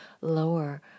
lower